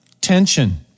tension